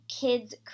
kids